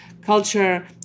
culture